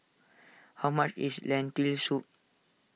how much is Lentil Soup